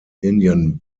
indian